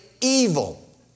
evil